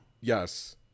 Yes